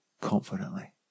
confidently